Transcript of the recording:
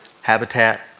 habitat